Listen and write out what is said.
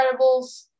Incredibles